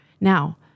Now